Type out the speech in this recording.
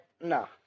No